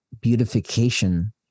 beautification